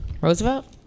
Roosevelt